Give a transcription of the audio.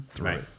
Right